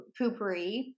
Poopery